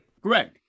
Greg